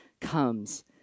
comes